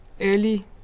early